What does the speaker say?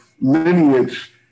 lineage